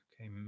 Okay